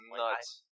nuts